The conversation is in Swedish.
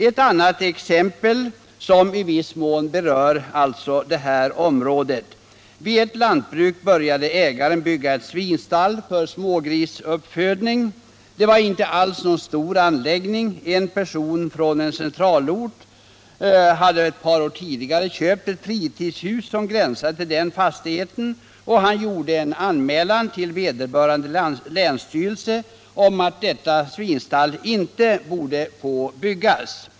Ett annat exempel, som i viss mån berör det här området: Vid ett lantbruk började ägaren bygga ett svinstall för smågrisuppfödning. Det var inte alls någon stor anläggning. En person från en centralort hade ett par år tidigare köpt ett fritidshus som gränsade till denna fastighet. Han gjorde en anmälan till vederbörande länsstyrelse om att detta svinstall inte borde få byggas.